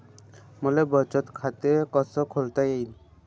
मले बचत खाते कसं खोलता येईन?